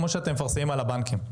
כמו שאתם מפרסמים על הבנקים,